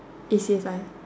A_C_S_I